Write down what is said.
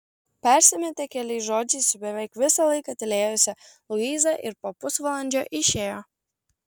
persimetė keliais žodžiais su beveik visą laiką tylėjusia luiza ir po pusvalandžio išėjo